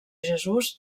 jesús